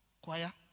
Choir